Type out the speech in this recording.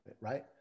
Right